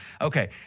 Okay